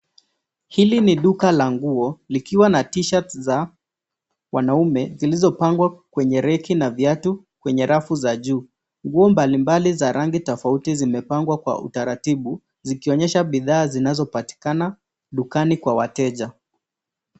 Hili ni duka la nguo likiwa na t-shirts za wanaume zilizopangwa kwenye reki na viatu kwenye rafu za juu. Nguo mbalimbali za rangi tofauti zimepangwa kwa utaratibu, zikionyesha bidhaa zinazopatikana dukani kwa wateja.